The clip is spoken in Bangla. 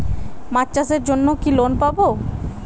মাছ চাষের জন্য কি লোন পাব?